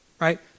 Right